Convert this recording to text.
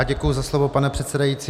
Děkuji za slovo, pane předsedající.